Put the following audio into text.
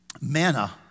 Manna